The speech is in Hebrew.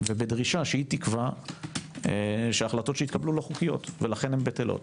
ובדרישה שתקבע שההחלטות שהתקבלו לא חוקיות ולכן בטלות.